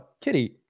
kitty